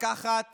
לקחת